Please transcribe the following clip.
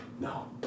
No